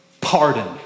Pardon